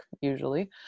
usually